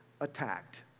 attacked